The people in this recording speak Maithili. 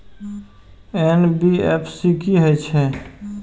एन.बी.एफ.सी की हे छे?